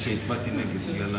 בסדר-היום של הכנסת